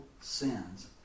sins